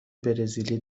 برزیلی